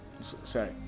Sorry